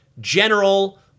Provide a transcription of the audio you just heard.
general